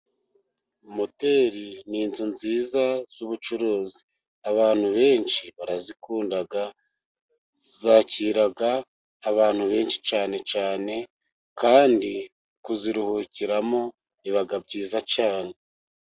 Moteri n'inzu nziza z'ubucuruzi, abantu benshi barazikunda zakira abantu benshi cyane, kandi kuziruhukiramo biba byiza cyane.